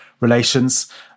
relations